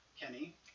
Kenny